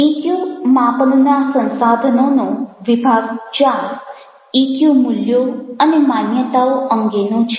EQ માપનના સંસાધનોનો વિભાગ 4 ઇક્યુ મૂલ્યો અને માન્યતાઓ અંગેનો છે